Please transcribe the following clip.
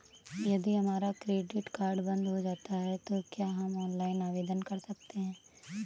यदि हमारा credit card बंद हो जाता है तो क्या हम ऑनलाइन आवेदन कर सकते हैं?